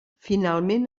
finalment